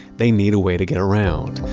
they need a way to get around.